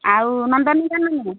ଆଉ ନନ୍ଦନକାନନ